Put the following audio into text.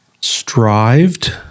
strived